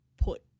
put